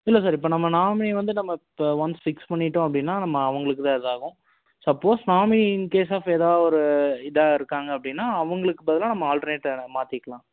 இல்லை சார் இப்போ நம்ம நாமினி வந்து நம்ம இப்போ ஒன்ஸ் ஃபிக்ஸ் பண்ணிவிட்டோம் அப்படின்னா நம்ம அவங்களுக்கு தான் இதாகும் சப்போஸ் நாமினி இன்கேஸ் ஆஃப் எதா ஒரு இதாக இருக்காங்க அப்படின்னா அவங்களுக்குப் பதிலாக நம்ம ஆல்டர்னேட்டரை மாற்றிக்கிலாம்